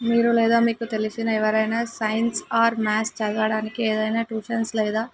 మీరు లేదా మీకు తెలిసిన ఎవరైనా సైన్స్ ఆర్ మాథ్స్ చదవడానికి ఏదన్న ట్యూషన్స్ లేదా